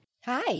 Hi